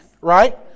Right